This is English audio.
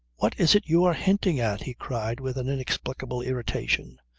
what is it you are hinting at? he cried with an inexplicable irritation.